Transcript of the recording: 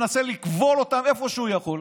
מנסה לכבול אותם איפה שהוא יכול,